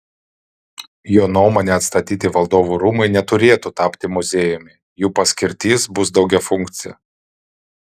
jo nuomone atstatyti valdovų rūmai neturėtų tapti muziejumi jų paskirtis bus daugiafunkcė